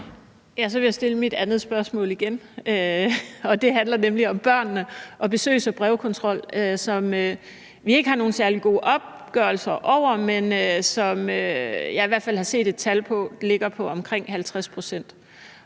jeg stille mit andet spørgsmål igen. Det handler nemlig om børnene og besøgs- og brevkontrol, som vi ikke har nogen særlig gode opgørelser over, men som jeg i hvert fald har set tal på ligger på omkring 50 pct.